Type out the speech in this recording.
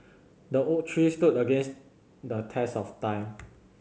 the oak tree stood against the test of time